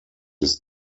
des